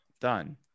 Done